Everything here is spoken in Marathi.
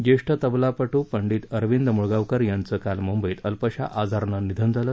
ज्येष्ठ तबलापटू पंडित अरविंद मुळगावकर यांचं काल मुंबईत अल्पशा आजारानं निधन झालं